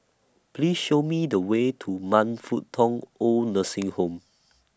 Please Show Me The Way to Man Fut Tong Oid Nursing Home